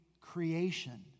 creation